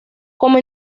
como